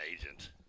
agent